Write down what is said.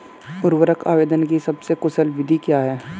उर्वरक आवेदन की सबसे कुशल विधि क्या है?